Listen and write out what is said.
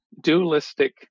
Dualistic